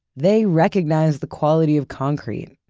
they recognize the quality of concrete,